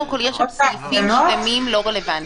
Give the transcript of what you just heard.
יש שם סעיפים שלמים לא רלוונטיים,